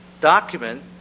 document